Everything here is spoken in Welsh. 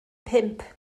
pump